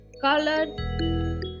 color